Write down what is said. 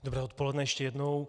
Dobré odpoledne ještě jednou.